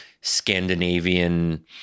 Scandinavian